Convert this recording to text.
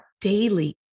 daily